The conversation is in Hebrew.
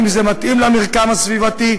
אם זה מתאים למרקם הסביבתי,